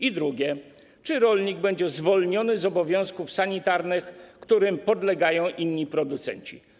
I drugie: Czy rolnik będzie zwolniony z obowiązków sanitarnych, którym podlegają inni producenci?